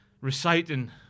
reciting